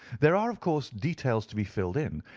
there are, of course, details to be filled in,